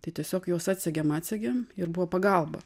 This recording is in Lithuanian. tai tiesiog juos atsegėm atsegėm ir buvo pagalba